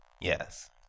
Yes